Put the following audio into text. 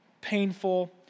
painful